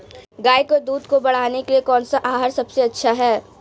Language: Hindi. गाय के दूध को बढ़ाने के लिए कौनसा आहार सबसे अच्छा है?